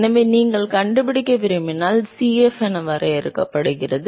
எனவே நீங்கள் கண்டுபிடிக்க விரும்பினால் Cf என வரையறுக்கப்படுகிறது